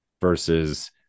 Versus